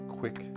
quick